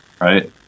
right